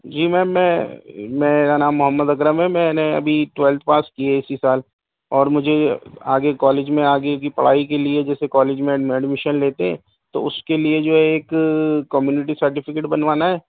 جی ma'am میں میرا نام محمد اکرم ہے میں نے ابھی ٹویلتھ پاس کی ہے اسی سال اور مجھے آگے کالج میں آگے کی پڑھائی کے لیے جیسے کالج میں ایڈمیشن لیتے ہیں تو اس کے لیے جو ہے ایک کمیونیٹی سرٹیفیکیٹ بنوانا ہے